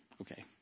okay